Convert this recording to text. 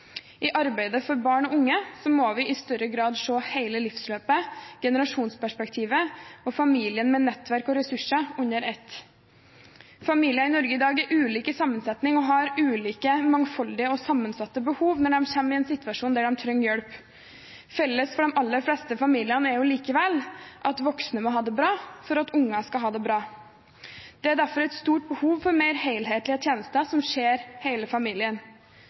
I arbeidet for barn og unge må vi i større grad se hele livsløpet, generasjonsperspektivet og familien, med nettverk og ressurser, under ett. Familier i Norge i dag er ulike i sammensetning og har ulike, mangfoldige og sammensatte behov når de kommer i en situasjon der de trenger hjelp. Felles for de aller fleste familiene er likevel at voksne må ha det bra for at unger skal ha det bra. Det er derfor et stort behov for mer helhetlige tjenester som ser hele familien.